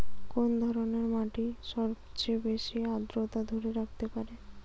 কোন ধরনের মাটি সবচেয়ে বেশি আর্দ্রতা ধরে রাখতে পারে?